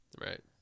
Right